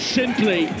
simply